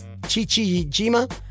Chichijima